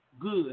good